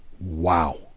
Wow